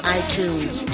iTunes